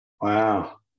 wow